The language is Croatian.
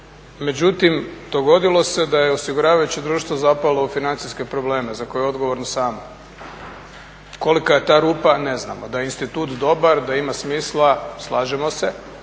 Međutim, dogodilo se da je osiguravajuće društvo zapalo u financijske probleme za koje je odgovorno samo. Kolika je ta rupa ne znamo, da je institut dobar, da ima smisla slažemo se